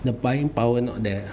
the buying power not there